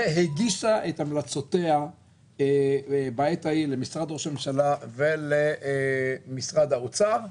היא הגישה את המלצותיה בעת ההיא למשרד ראש הממשלה ולמשרד האוצר.